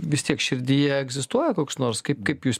vis tiek širdyje egzistuoja koks nors kaip kaip jūs